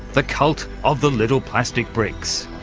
the cult of the little plastic bricks.